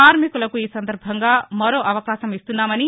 కార్నికులకు ఈ సందర్బంగా మరో అవకాశం ఇస్తున్నామని